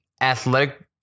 athletic